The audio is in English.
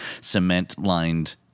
cement-lined